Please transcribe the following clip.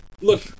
look